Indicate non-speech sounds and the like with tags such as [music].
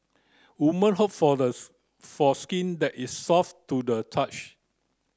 woman hope for the [unintelligible] for skin that is soft to the touch